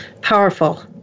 Powerful